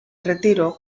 retiró